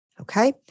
Okay